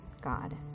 God